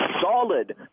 solid